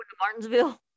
Martinsville